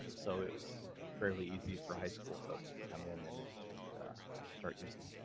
so it was you know fairly easy for high school folks to come in and and start using it